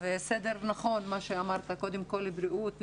והעלית את הנקודות בסדר נכון כשאמרת קודם כל בריאות,